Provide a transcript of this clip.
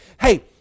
hey